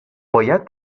باید